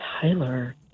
Tyler